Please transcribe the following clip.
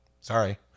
Sorry